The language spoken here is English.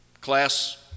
class